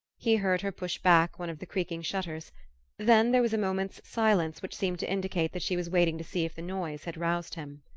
he heard her push back one of the creaking shutters then there was a moment's silence, which seemed to indicate that she was waiting to see if the noise had roused him.